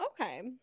Okay